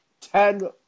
ten